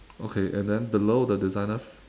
okay and then below the designer